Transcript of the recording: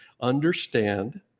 understand